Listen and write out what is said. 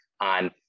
on